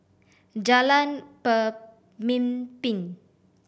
Jalan Pemimpin